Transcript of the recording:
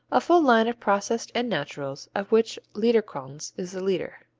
a full line of processed and naturals, of which liederkranz is the leader.